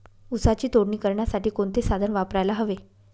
ऊसाची तोडणी करण्यासाठी कोणते साधन वापरायला हवे?